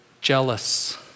jealous